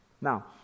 Now